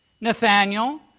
Nathaniel